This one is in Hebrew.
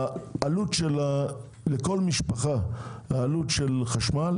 העלות לכל משפחה של חשמל,